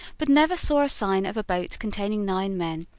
but never saw a sign of a boat containing nine men,